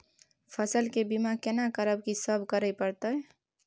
फसल के बीमा केना करब, की सब करय परत?